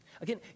Again